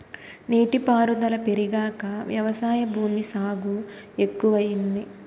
నీటి పారుదుల పెరిగాక వ్యవసాయ భూమి సాగు ఎక్కువయింది